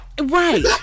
right